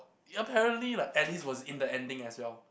ya apparently like Alice was in the ending as well